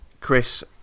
Chris